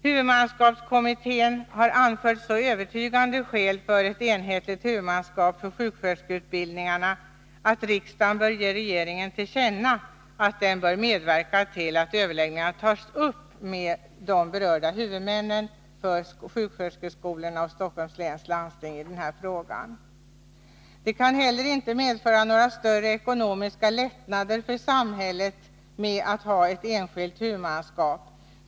Huvudmannaskapskommittén har anfört så övertygande skäl för ett enhetligt huvudmannaskap för sjuksköterskeutbildningarna att riksdagen bör ge regeringen till känna att den bör medverka till att överläggningar tas upp mellan berörda huvudmän för de enskilda sjuksköterskeskolorna och Stockholms läns landsting i frågan. Några större ekonomiska lättnader för samhället innebär inte det enskilda huvudmannaskapet.